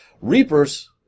Reapers